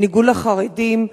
בניגוד לחרדים,